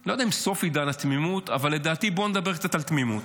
אני לא יודע אם סוף עידן התמימות אבל לדעתי בוא נדבר קצת על תמימות.